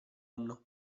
anno